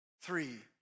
three